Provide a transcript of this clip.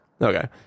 okay